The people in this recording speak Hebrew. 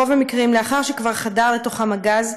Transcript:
ברוב המקרים לאחר שכבר חדר לתוכם הגז,